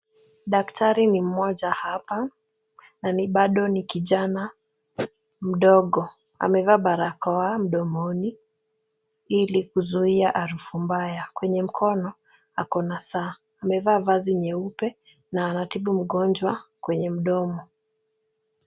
Daktari ni mmoja hapa na bado ni kijana mdogo. Amevaa barakoa mdomoni ili kuzuia harufu mbaya. Kwenye mkono akona saa. Amevaa vazi nyeupe na anatibu mgonjwa kwenye mdomo.